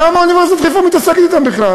למה אוניברסיטת חיפה בכלל מתעסקת אתם בכלל?